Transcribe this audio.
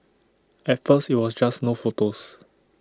at first IT was just no photos